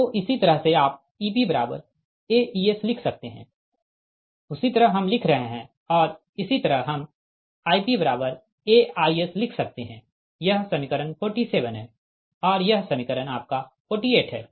तो इसी तरह से आप EpAEs लिख सकते है उसी तरह हम लिख रहे है और इसी तरह हम IpAIs लिख सकते है यह समीकरण 47 है और यह समीकरण आपका 48 है